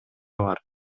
бар